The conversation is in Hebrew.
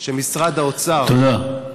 שבמשרד האוצר, תודה.